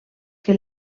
que